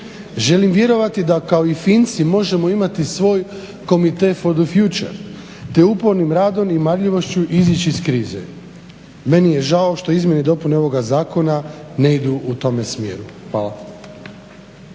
Želim vjerovati da kao i Finci možemo imati svoj Comitet for the future te upornim radom i marljivošću izići iz krize. Meni je žao što izmjene i dopune ovoga zakona ne idu u tome smjeru. Hvala.